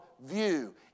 view